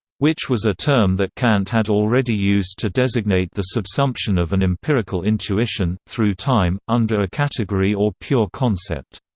which was a term that kant had already used to designate the subsumption of an empirical intuition, through time, under a category or pure concept.